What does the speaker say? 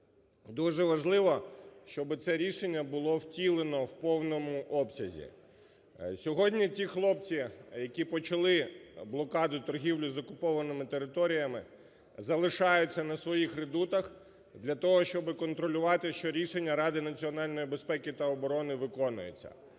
Дуже важливо, щоби це рішень набуло втілено у повному обсязі. Сьогодні ті хлопці, які почали блокаду торгівлі з окупованими територіями, залишаються на своїх редутах для того, щоб контролювати, що рішення Ради національної безпеки та оборони виконується.